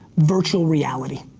virtual reality.